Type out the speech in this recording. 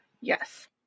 Yes